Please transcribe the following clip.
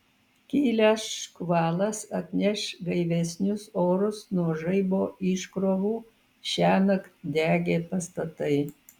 kilęs škvalas atneš gaivesnius orus nuo žaibo iškrovų šiąnakt degė pastatai